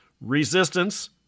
Resistance